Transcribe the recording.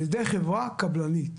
על ידי חברה קבלנית.